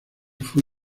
fue